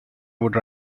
would